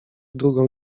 drugą